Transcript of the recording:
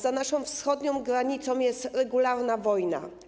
Za naszą wschodnią granicą jest regularna wojna.